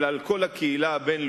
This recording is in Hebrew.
אלא על כל הקהילה הבין-לאומית.